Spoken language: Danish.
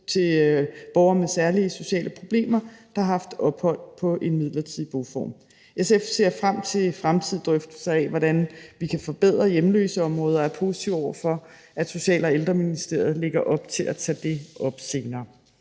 til borgere med særlige sociale problemer, der har haft ophold på en midlertidig boform. SF ser frem til fremtidige drøftelser af, hvordan vi kan forbedre hjemløseområdet, og er positive over for, at Social- og Ældreministeriet lægger op til at tage det op senere.